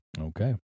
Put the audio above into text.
Okay